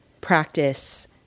practice